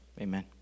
Amen